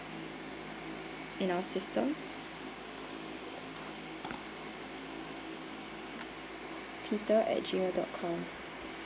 in our system peter at gmail dot com